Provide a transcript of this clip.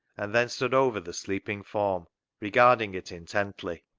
and then stood over the sleeping form regarding it intently.